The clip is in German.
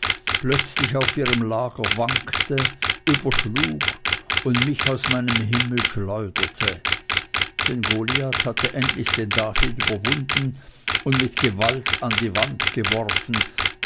plötzlich auf ihrem lager wankte überschlug und mich aus meinem himmel schleuderte denn goliath hatte endlich den david überwunden und mit gewalt an die wand geworfen